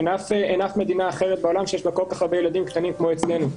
אין אף מדינה אחרת בעולם שיש בה כל כך הרבה ילדים קטנים כמו אצלנו.